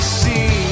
see